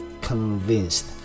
convinced